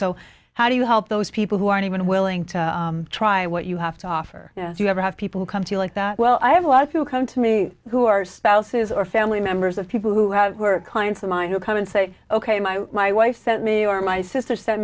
so how do you help those people who aren't even willing to try what you have to offer do you ever have people come to you like that well i have a lot of who come to me who are spouses or family members of people who have who are clients of mine who come and say ok my my wife sent me or my sister s